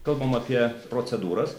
kalbam apie procedūras